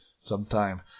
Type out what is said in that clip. sometime